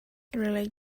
relate